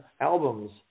albums